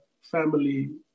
family